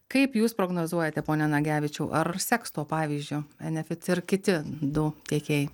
kaip jūs prognozuojate pone nagevičiau ar seks tuo pavyzdžiu enefit ir kiti du tiekėjai